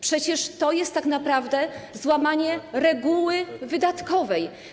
Przecież to jest tak naprawdę złamanie reguły wydatkowej.